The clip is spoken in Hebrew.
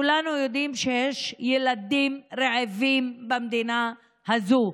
כולנו יודעים שיש ילדים רעבים במדינה הזו.